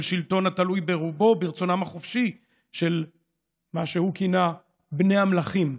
שלטון התלוי ברובו ברצונם החופשי של מה שהוא כינה "בני המלכים"